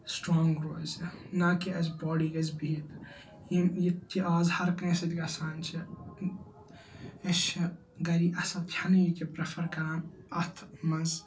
strong روزِ نہ کہِ اَسہِ بٲڈی گَژھہِ بِیٚہتھ یِم یہِ چھِ آز ہَر کٲنٛسہِ سۭتۍ گژھان چھِ اَسہِ چھِ گَری اَصٕل کھیٚنٕے چھ پرٮ۪فَر کَران اَتھ منٛز